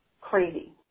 Crazy